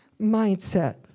mindset